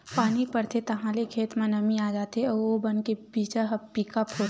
पानी परथे ताहाँले खेत म नमी आ जाथे अउ ओ बन के बीजा ह पीका फोरथे